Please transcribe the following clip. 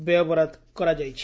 ବ୍ୟୟ ବରାଦ କରାଯାଇଛି